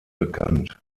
bekannt